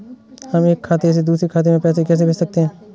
हम एक खाते से दूसरे खाते में पैसे कैसे भेज सकते हैं?